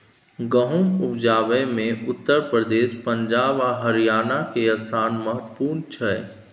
गहुम उपजाबै मे उत्तर प्रदेश, पंजाब आ हरियाणा के स्थान महत्वपूर्ण छइ